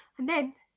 and then,